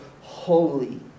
Holy